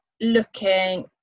looking